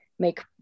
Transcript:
make